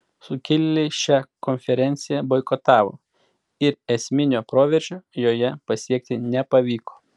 sukilėliai šią konferenciją boikotavo ir esminio proveržio joje pasiekti nepavyko